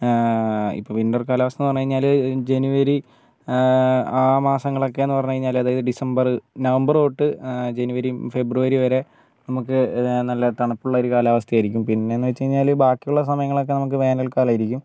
ഇപ്പോൾ വിൻറ്റെർ കാലാവസ്ഥ എന്ന് പറഞ്ഞുകഴിഞ്ഞാൽ ജനുവരി ആ മാസങ്ങൾ ഒക്കെ എന്ന് പറഞ്ഞുകഴിഞ്ഞാൽ അതായത് ഡിസംബർ നവംബർ തൊട്ട് ജനുവരി ഫെബ്രുവരി വരെ നമുക്ക് നല്ല തണുപ്പുള്ള ഒരു കാലാവസ്ഥയായിരിക്കും പിന്നെ എന്ന് വെച്ച് കഴിഞ്ഞാൽ ബാക്കി ഉള്ള സമയങ്ങൾ ഒക്കെ നമുക്ക് വേനൽ കാലമായിരിക്കും